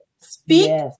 Speak